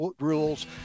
rules